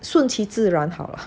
顺其自然好了